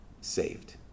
saved